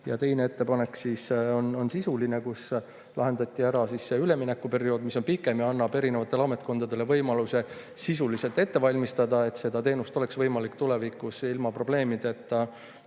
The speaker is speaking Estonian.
Ja teine ettepanek on sisuline, nimelt lahendati ära see üleminekuperiood, mis on pikem ja annab ametkondadele võimaluse sisuliselt ette valmistada selle, et seda teenust oleks võimalik tulevikus ilma probleemideta